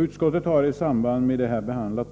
Utskottet har i samband med propositionerna behandlat